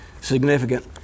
significant